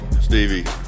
Stevie